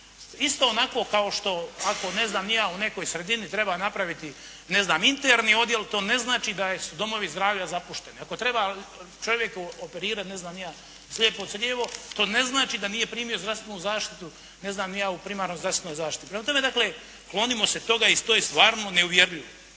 Isto onako kao što ako u nekoj sredini treba napraviti interni odjel, to ne znači da su domovi zdravlja zapušteni. Ako treba čovjeku operirat slijepo crijevo, to ne znači da nije primio zdravstvenu zaštitu u primarnoj zdravstvenoj zaštiti. Prema tome, klonimo se toga i to je stvarno neuvjerljivo.